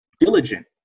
diligent